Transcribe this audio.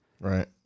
Right